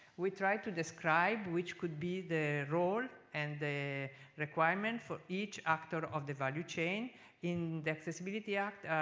we try to describe which could be the role and the requirement for each actor of the value chain in the accessibility act,